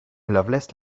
loveless